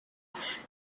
bouche